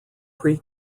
pre